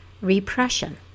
repression